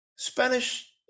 spanish